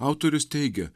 autorius teigia